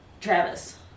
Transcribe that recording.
Travis